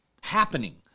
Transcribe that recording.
happening